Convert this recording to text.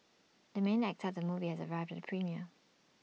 the main actor of the movie has arrived at the premiere